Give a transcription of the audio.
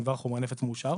הם כבר חומרי נפץ מאושר.